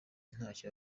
ntacyo